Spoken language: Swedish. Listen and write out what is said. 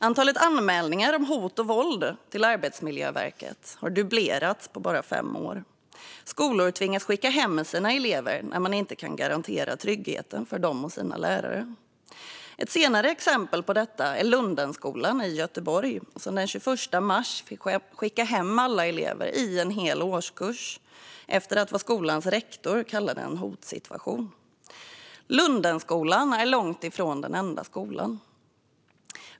Antalet anmälningar om hot och våld till Arbetsmiljöverket har dubblerats på bara fem år. Skolor tvingas skicka hem sina elever när man inte kan garantera tryggheten för dem och lärarna. Ett senare exempel på detta är Lundenskolan i Göteborg, som den 21 mars i år fick skicka hem alla elever i en hel årskurs efter vad skolans rektor kallade en hotsituation. Lundenskolan är långt ifrån den enda skolan.